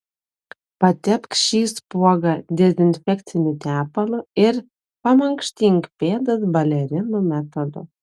patepk šį spuogą dezinfekciniu tepalu ir pamankštink pėdas balerinų metodu